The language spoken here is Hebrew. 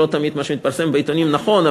לא תמיד מה שהתפרסם בעיתונים נכון,